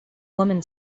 woman